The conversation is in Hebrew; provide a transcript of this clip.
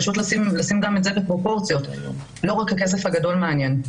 לא רק הכסף הגדול מעניין.